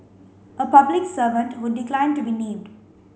a public servant who declined to be named